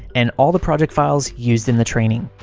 and all the project files used in the training.